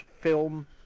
film